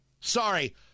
Sorry